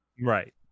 Right